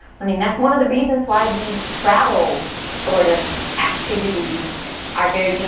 i mean, that's one of the reasons why these travel sort of activities are very. you know,